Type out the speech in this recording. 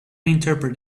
interpret